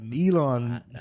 Elon